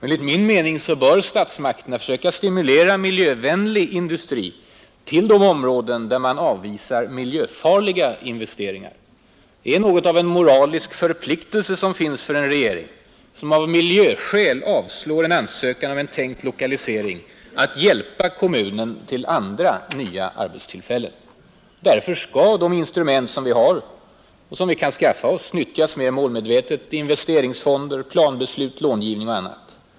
Enligt min mening bör statsmakterna försöka stimulera miljövänlig industri till de områden där man avvisar miljöfarliga investeringar. Det är något av en moralisk förpliktelse för en regering, som av miljöskäl avslår en ansökan om en tänkt lokalisering, att hjälpa kommunen till andra nya arbetstillfällen. Därför skall de instrument som vi har och som vi kan skaffa oss nyttjas mer målmedvetet: investeringsfonder, planbeslut, långivning och annat.